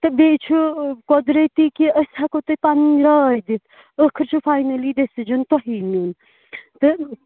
تہٕ بیٚیہِ چھُ قۄدرتی کہِ أسۍ ہٮ۪کو تۄہہِ پَنٕنۍ راے دِتھ ٲخر چھُو فاینٔلی ڈیٚسِجَن تۄہی نیُن تہٕ